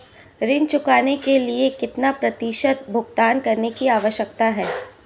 ऋण चुकाने के लिए कितना प्रतिशत भुगतान करने की आवश्यकता है?